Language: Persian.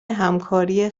همکاری